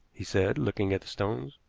he said, looking at the stones.